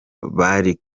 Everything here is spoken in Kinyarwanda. bari